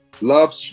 Love